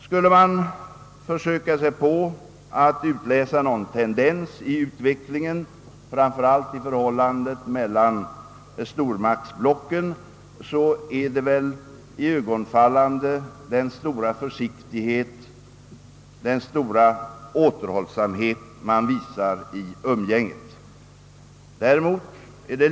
Skulle man försöka sig på att utläsa någon tendens i utvecklingen, framför allt i förhållandet mellan stormaktsblocken, måste man väl säga att det iögonenfallande är den stora försiktighet, den stora återhållsamhet som visas i umgänget blocken emellan.